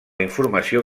informació